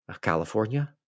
California